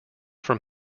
from